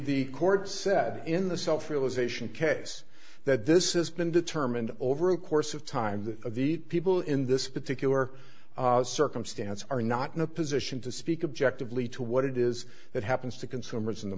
the court said in the self realization case that this is been determined over a course of time that of the people in this particular circumstance are not in a position to speak objective lead to what it is that happens to consumers in the